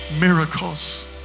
miracles